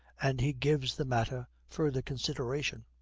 and he gives the matter further consideration.